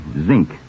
zinc